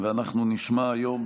אנחנו נשמע היום,